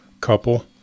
couple